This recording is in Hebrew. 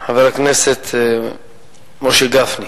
חבר הכנסת משה גפני.